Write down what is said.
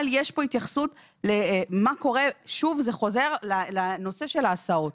אבל יש כאן התייחסות למה קורה ושוב זה חוזר לנושא של ההסעות.